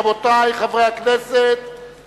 רבותי חברי הכנסת,